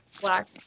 Black